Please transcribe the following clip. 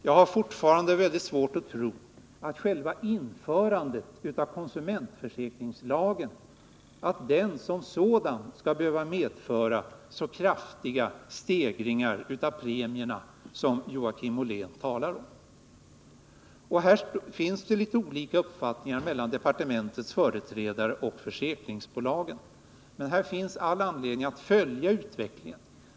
Jag har fortfarande mycket svårt att tro att själva införandet av konsumentförsäkringslagen skall behöva medföra så kraftiga premiehöjningar som Joakim Ollén talar om. Här har departementets företrädare och försäkringsbolagen litet olika uppfattningar. Det finns all anledning att följa utvecklingen på detta område.